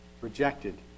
Rejected